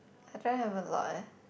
I don't have a lot eh